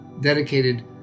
dedicated